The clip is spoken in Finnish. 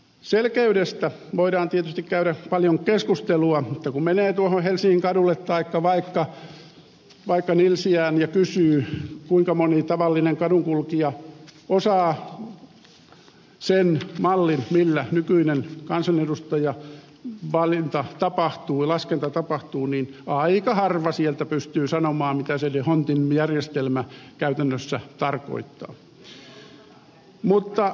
selkeydestä voidaan tietysti käydä paljon keskustelua mutta kun menee tuonne helsingin kaduille taikka vaikka nilsiään ja kysyy kuinka moni tavallinen kadunkulkija osaa sen mallin millä nykyinen kansanedustajien valinta tapahtuu ja laskenta tapahtuu niin aika harva sieltä pystyy sanomaan mitä se dhondtin järjestelmä käytännössä tarkoittaa